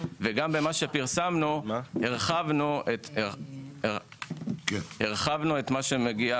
ובמה שפרסמנו הרחבנו את מה שמגיע